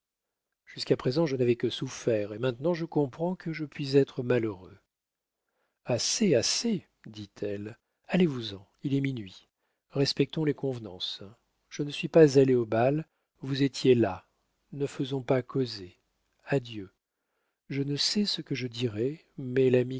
jusqu'à présent je n'avais que souffert et maintenant je comprends que je puis être malheureux assez assez dit-elle allez-vous-en il est minuit respectons les convenances je ne suis pas allée au bal vous étiez là ne faisons pas causer adieu je ne sais ce que je dirai